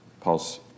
Paul's